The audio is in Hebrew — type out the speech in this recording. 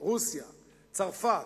רוסיה, צרפת,